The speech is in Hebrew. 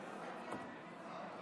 תודה